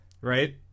Right